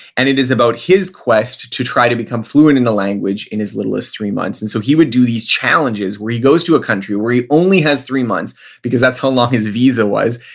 and it is about his quest to try to become fluent in a language in as little as three months. and so he would do these challenges where he goes to a country, where he only has three months because that's how long his visa was,